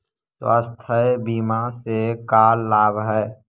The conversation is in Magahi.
स्वास्थ्य बीमा से का लाभ है?